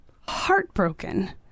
heartbroken